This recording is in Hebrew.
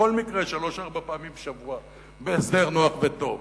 בכל מקרה שלוש-ארבע פעמים בשבוע בהסדר נוח וטוב.